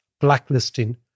blacklisting